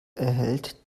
erhält